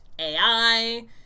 AI